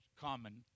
common